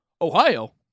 Ohio